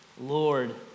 Lord